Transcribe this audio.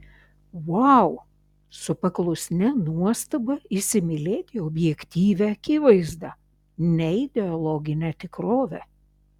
vau su paklusnia nuostaba įsimylėti objektyvią akivaizdą neideologinę tikrovę